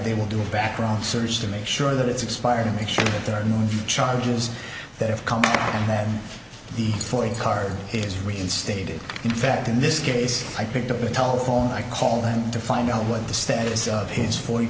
they will do a background search to make sure that it's expired and make sure that there are no charges that have come that the forty card is reinstated in fact in this case i picked up the telephone i called them to find out what the status of his fourt